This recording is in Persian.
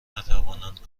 نتوانند